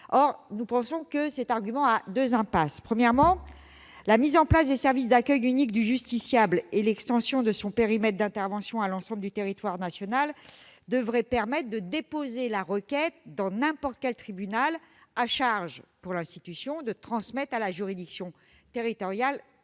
Or cet argument se heurte à deux impasses. Tout d'abord, la mise en place du service d'accueil unique du justiciable, le SAUJ, et l'extension de son périmètre d'intervention à l'ensemble du territoire national devraient permettre de déposer la requête dans n'importe quel tribunal, à charge pour l'institution de la transmettre à la juridiction territorialement